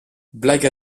blague